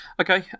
Okay